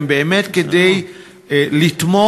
הן באמת כדי לתמוך,